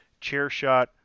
ChairShot